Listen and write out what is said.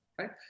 right